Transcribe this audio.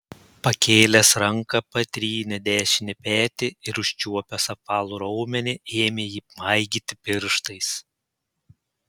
pakėlęs ranką patrynė dešinį petį ir užčiuopęs apvalų raumenį ėmė jį maigyti pirštais